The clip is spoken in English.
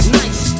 nice